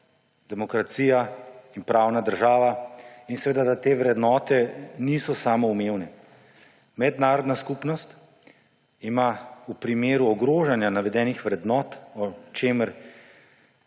demokracija in pravna država in seveda, da te vrednote niso samoumevne. Mednarodna skupnost ima v primeru ogrožanja navedenih vrednot, o čemer